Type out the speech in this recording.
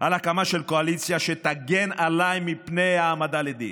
על הקמה של קואליציה שתגן עליי מפני העמדה לדין?